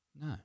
No